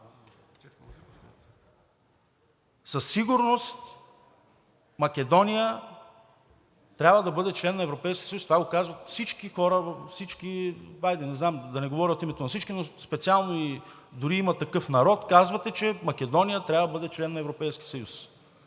Със сигурност Македония трябва да бъде член на Европейския съюз – това го казват всички хора. Хайде да не говоря от името на всички, но дори от „Има такъв народ“ казвате, че Македония трябва да бъде член на Европейския съюз.